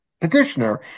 petitioner